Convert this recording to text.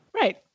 Right